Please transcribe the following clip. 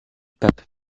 pape